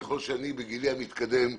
ככל שאני בגילי המתקדם יודע,